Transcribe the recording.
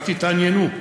רק תתעניינו,